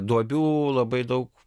duobių labai daug